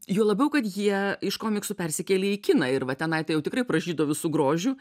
juo labiau kad jie iš komiksų persikėlė į kiną ir va tenai tai jau tikrai pražydo visu grožiu